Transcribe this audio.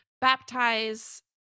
baptize